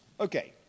Okay